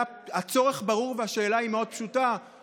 הצורך ברור, והשאלה היא מאוד פשוטה.